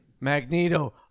Magneto